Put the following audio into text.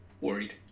worried